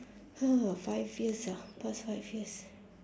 uh five years ah past five years